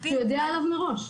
שהוא יודע עליו מראש.